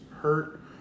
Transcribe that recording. hurt